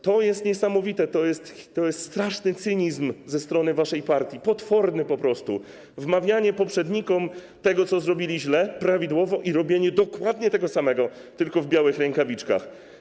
To jest niesamowite, to jest straszny cynizm ze strony waszej partii, potworny po prostu - wypominanie poprzednikom tego, co zrobili źle - prawidłowo - i robienie dokładnie tego samego, tylko w białych rękawiczkach.